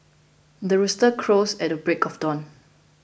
the rooster crows at the break of dawn